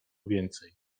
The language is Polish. więcej